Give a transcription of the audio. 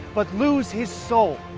but lose his soul?